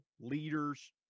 leaders